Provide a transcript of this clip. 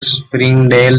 springdale